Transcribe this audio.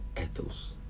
ethos